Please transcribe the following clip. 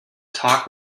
talk